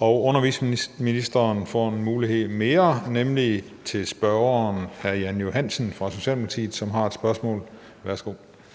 Undervisningsministeren får en mulighed mere, nemlig til spørgeren hr. Jan Johansen fra Socialdemokratiet, som har et spørgsmål. Kl.